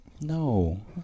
No